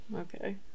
okay